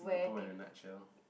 Singapore in a nutshell